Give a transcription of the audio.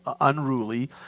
unruly